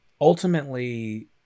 ultimately